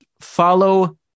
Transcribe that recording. Follow